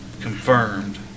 confirmed